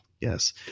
Yes